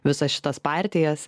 visas šitas partijas